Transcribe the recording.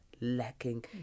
lacking